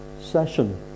session